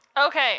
Okay